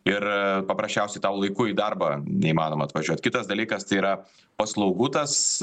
ir paprasčiausiai tau laiku į darbą neįmanoma atvažiuot kitas dalykas tai yra paslaugų tas